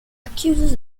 accuses